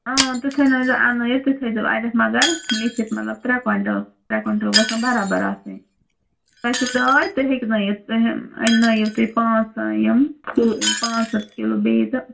تُہۍ تھٲینٲزیو اننٲیِتھ تُہۍ تھٲیزیو اتٮ۪تھ مگر لیٚکھِتھ مطلب ترٛےٚ کۄینٛٹَل ترٛےٚ کۄینٛٹل گژھن برابر آسٕنۍ تۄہہِ چھُو ڈاے تُہۍ ہیٚکنٲیِتھ تُہۍ اننٲیِو تُہۍ پانٛژھ یِم پانٛژھ ہَتھ کِلوٗ بیٚیہِ تہٕ